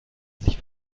sich